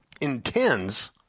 intends